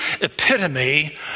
epitome